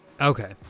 Okay